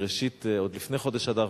עוד לפני חודש אדר,